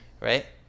right